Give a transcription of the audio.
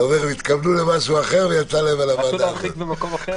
לא נראה לי שמכל הוועדות התכוונו להרחיק אותנו דווקא מזאת.